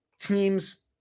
Teams